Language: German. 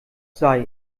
sei